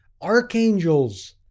archangels